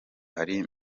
hari